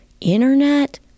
internet